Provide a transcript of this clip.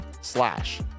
slash